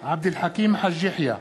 עבד אל חכים חאג' יחיא,